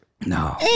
No